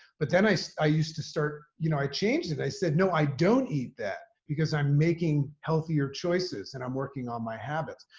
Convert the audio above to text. but then i. i used to start, you know, i changed it. i said, no, i don't eat that because i'm making healthier choices and i'm working on my habits.